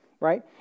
right